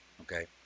okay